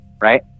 right